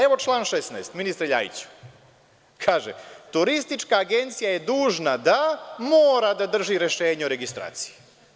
Evo, član 16, ministre Ljajiću, kaže – turistička agencija je dužna da mora da drži rešenje o registraciji.